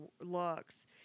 looks